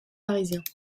parisiens